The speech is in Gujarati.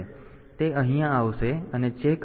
તેથી તે અહીંયા આવશે અને ચેક ખોટો હશે